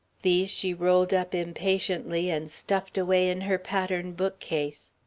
these she rolled up impatiently and stuffed away in her pattern bookcase.